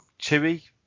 chewy